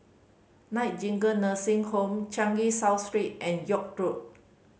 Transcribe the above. Nightingale Nursing Home Changi South Street and York Road